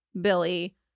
Billy